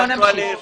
לענות.